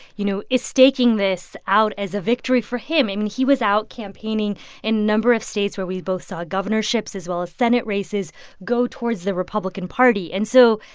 you know, is staking this out as a victory for him. i mean, he was out campaigning in a number of states where we both saw governorships as well as senate races go towards the republican party. and so,